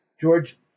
George